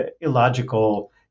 illogical